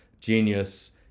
genius